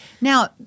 Now